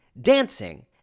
Dancing